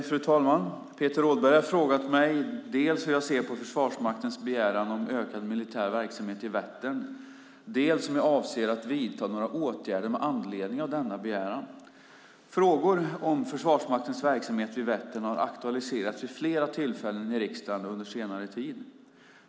Fru talman! Peter Rådberg har frågat mig dels hur jag ser på Försvarsmaktens begäran om ökad militär verksamhet i Vättern, dels om jag avser att vidta några åtgärder med anledning av denna begäran. Frågor om Försvarsmaktens verksamhet vid Vättern har aktualiserats vid flera tillfällen i riksdagen under senare tid.